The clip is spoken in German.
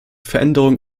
veränderungen